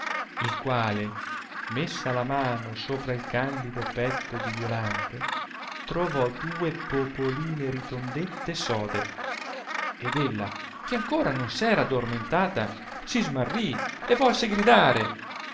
il quale messa la mano sopra il candido petto di violante trovò due popoline ritondette e sode ed ella che ancora non s era addormentata si smarrì e volse gridare